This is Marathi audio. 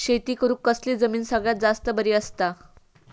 शेती करुक कसली जमीन सगळ्यात जास्त बरी असता?